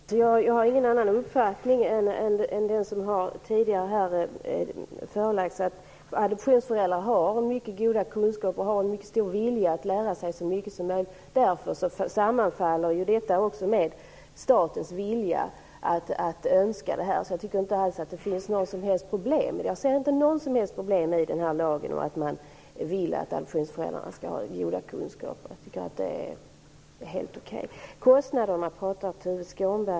Fru talman! Jag har ingen annan uppfattning än den som tidigare här har redovisats, att adoptionsföräldrar har mycket goda kunskaper och en mycket stor vilja att lära sig så mycket som möjligt. Detta sammanfaller också med statens önskemål. Jag tycker alltså inte att det finns något som helst motsättning mellan den här lagen och önskemålet om att adoptionsföräldrarna skall ha goda kunskaper. Tuve Skånberg talade om kostnaderna.